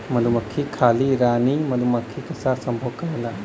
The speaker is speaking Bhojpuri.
मधुमक्खी खाली रानी मधुमक्खी के साथ संभोग करेला